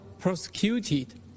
prosecuted